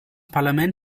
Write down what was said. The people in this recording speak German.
parlament